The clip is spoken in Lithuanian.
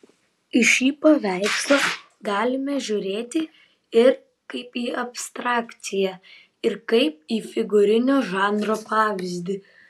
į šį paveikslą galime žiūrėti ir kaip į abstrakciją ir kaip į figūrinio žanro pavyzdį